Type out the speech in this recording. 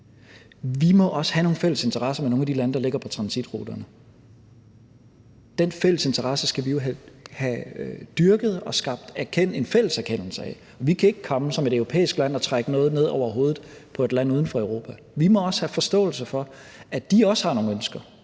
Vi må også have nogle fælles interesser med nogle af de lande, der ligger på transitruterne. Den fælles interesse skal vi jo have dyrket og skabt en fælles erkendelse af. Vi kan ikke komme som et europæisk land og trække noget ned over hovedet på et land uden for Europa. Vi må også have forståelse for, at de også har nogle ønsker.